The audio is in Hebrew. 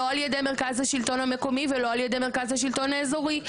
לא על ידי מרכז השלטון המקומי ולא על ידי מרכז השלטון האזורי,